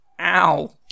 ow